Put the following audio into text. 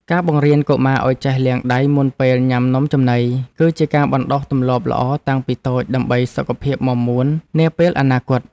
ការបង្រៀនកុមារឱ្យចេះលាងដៃមុនពេលញ៉ាំនំចំណី គឺជាការបណ្តុះទម្លាប់ល្អតាំងពីតូចដើម្បីសុខភាពមាំមួននាពេលអនាគត។